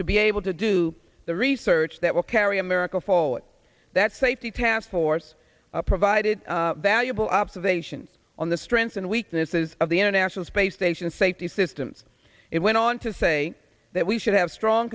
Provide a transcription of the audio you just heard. to be able to do the research that will carry america forward that safety path for provided valuable observations on the strengths and weaknesses of the international space station safety systems it went on to say that we should have strong